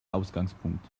ausgangspunkt